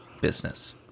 business